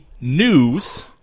news